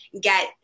get